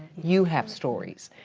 you have stories.